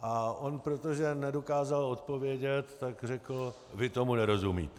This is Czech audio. A on, protože nedokázal odpovědět, tak řekl: vy tomu nerozumíte.